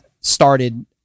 started